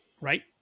right